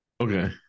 Okay